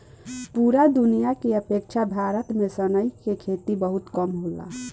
पूरा दुनिया के अपेक्षा भारत में सनई के बहुत कम खेती होखेला